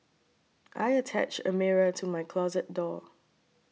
I attached a mirror to my closet door